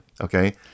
Okay